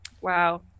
Wow